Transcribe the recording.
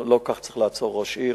לא כך צריך לעצור ראש עיר,